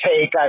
take